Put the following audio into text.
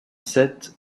sept